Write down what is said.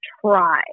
try